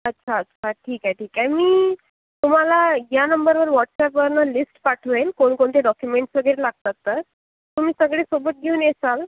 अच्छा अच्छा ठीक आहे ठीक आहे मी तुम्हाला या नंबरवर व्हॉट्सअॅपवरनं लिस्ट पाठवेन कोणकोणते डॉक्युमेंट्स वगैरे लागतात तर तुम्ही सगळे सोबत घेऊन येसाल